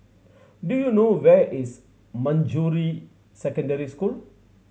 do you know where is Manjusri Secondary School